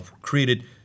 created